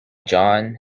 john